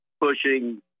pushing